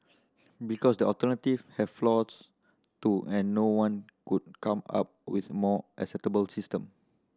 because the alternative have flaws too and no one could come up with more acceptable system